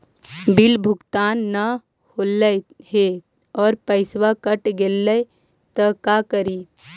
Bill भुगतान न हौले हे और पैसा कट गेलै त का करि?